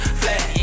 flat